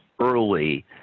early